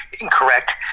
incorrect